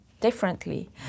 differently